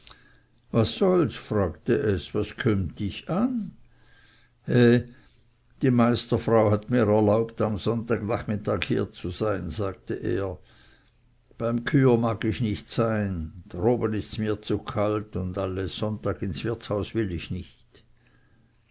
was solls fragte es was kömmt dich an he die meisterfrau hat mir erlaubt am sonntagnachmittag hier zu sein sagte er beim küher mag ich nicht sein droben ists mir zu kalt und alle sonntage ins wirtshaus will ich nicht